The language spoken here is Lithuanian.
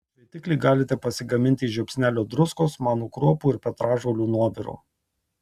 šveitiklį galite pasigaminti iš žiupsnelio druskos manų kruopų ir petražolių nuoviro